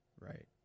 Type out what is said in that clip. right